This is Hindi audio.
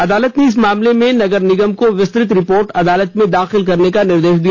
अदालत ने इस मामले में नगर निगम को विस्तृत रिपोर्ट अदालत में दाखिल करने का निर्देश दिया